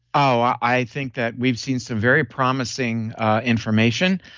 oh, i think that we've seen some very promising information.